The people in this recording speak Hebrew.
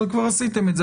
אבל כבר עשיתם את זה.